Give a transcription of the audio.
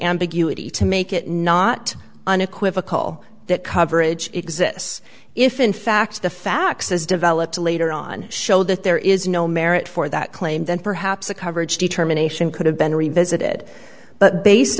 ambiguity to make it not unequivocal that coverage exists if in fact the facts as developed later on show that there is no merit for that claim then perhaps a coverage determination could have been revisited but based